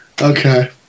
Okay